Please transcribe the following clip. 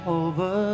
over